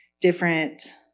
different